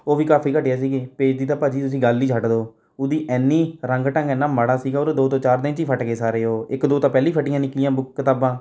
ਉਹ ਵੀ ਕਾਫੀ ਘਟੀਆ ਸੀਗੀ ਪੇਜ ਦੀ ਤਾਂ ਭਾਅ ਜੀ ਤੁਸੀਂ ਗੱਲ ਹੀ ਛੱਡ ਦਿਉ ਉਹਦੀ ਇੰਨੀ ਰੰਗ ਢੰਗ ਇੰਨਾ ਮਾੜਾ ਸੀਗਾ ਉਹਦੇ ਦੋ ਤੋਂ ਚਾਰ ਦਿਨ ਵਿੱਚ ਹੀ ਫੱਟ ਗਏ ਸਾਰੇ ਉਹ ਇੱਕ ਦੋ ਤਾਂ ਪਹਿਲਾਂ ਹੀ ਫਟੀਆਂ ਨਿਕਲੀਆਂ ਬੁੱ ਕਿਤਾਬਾਂ